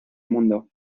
mundo